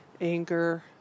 anger